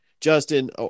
Justin